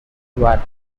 were